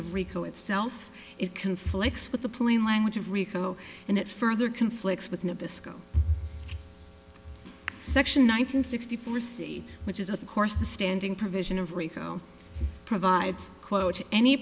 of rico itself it conflicts with the plain language of rico and it further conflicts with nabisco section nine hundred sixty four c which is of course the standing provision of rico provides quote any